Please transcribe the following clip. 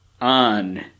on